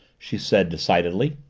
she said decidedly.